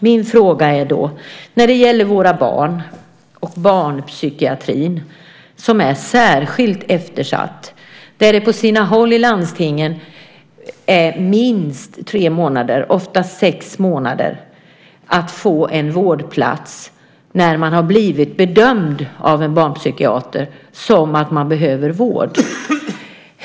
Min fråga gäller då våra barn och barnpsykiatrin, som är särskilt eftersatt. På sina håll i landstingen tar det minst tre månader, ofta sex månader, att få en vårdplats när man har blivit bedömd av en barnpsykiater och bedöms behöva vård.